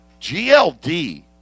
GLD